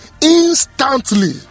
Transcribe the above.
Instantly